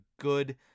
good